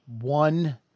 One